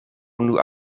unu